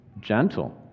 gentle